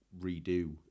redo